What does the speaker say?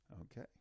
Okay